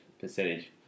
percentage